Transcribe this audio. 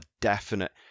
definite